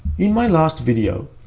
in my last video,